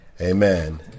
Amen